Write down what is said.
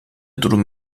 durum